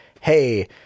hey